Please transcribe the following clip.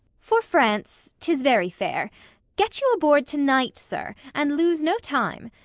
for france. tis very fair get you aboard to night, sir, and loose no time,